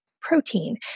protein